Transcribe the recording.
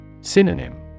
Synonym